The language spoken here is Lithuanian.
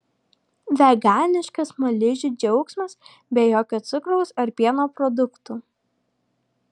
veganiškas smaližių džiaugsmas be jokio cukraus ar pieno produktų